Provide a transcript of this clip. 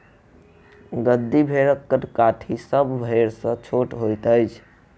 गद्दी भेड़क कद काठी अन्य भेड़ सॅ छोट होइत अछि